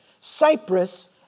Cyprus